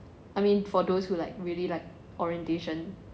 I mean for those who like really like orientation